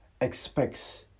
expects